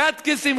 גטקעסים,